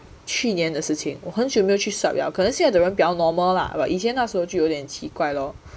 like 去年的事情我很久没有去 swipe liao 可能现在的人比较 normal lah but 以前那时候就有点奇怪 lor